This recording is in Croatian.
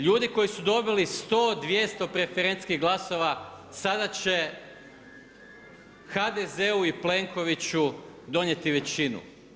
Ljudi koji su dobili 100, 200 preferencijskih glasova sada će HDZ-u i Plenkoviću donijeti većinu.